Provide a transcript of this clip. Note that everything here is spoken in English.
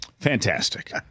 Fantastic